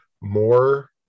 more